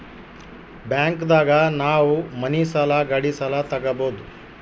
bank ದಾಗ ನಾವ್ ಮನಿ ಸಾಲ ಗಾಡಿ ಸಾಲ ತಗೊಬೋದು